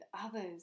others